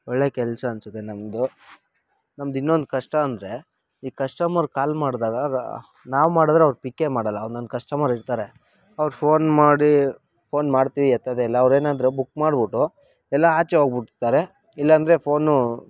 ಒಳ್ಳೆಯ ಕೆಲಸ ಅನಿಸುತ್ತೆ ನಮ್ಮದು ನಮ್ದು ಇನ್ನೊಂದು ಕಷ್ಟ ಅಂದರೆ ಈ ಕಶ್ಟಮರ್ ಕಾಲ್ ಮಾಡಿದಾಗ ನಾವು ಮಾಡಿದ್ರೆ ಅವ್ರು ಪಿಕ್ಕೇ ಮಾಡೋಲ್ಲ ಒಂದೊಂದು ಕಶ್ಟಮರ್ ಇರ್ತಾರೆ ಅವ್ರು ಫೋನ್ ಮಾಡಿ ಫೋನ್ ಮಾಡ್ತೀವಿ ಎತ್ತೋದೇ ಇಲ್ಲ ಅವ್ರು ಏನಾದ್ರೂ ಬುಕ್ ಮಾಡ್ಬಿಟ್ಟು ಎಲ್ಲೋ ಆಚೆ ಹೋಗ್ಬಿಟ್ಟಿರ್ತಾರೆ ಇಲ್ಲಾಂದರೆ ಫೋನು